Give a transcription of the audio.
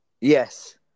Yes